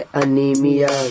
anemia